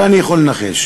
אבל אני יכול לנחש.